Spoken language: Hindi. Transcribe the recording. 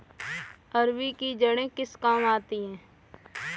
अरबी की जड़ें किस काम आती हैं?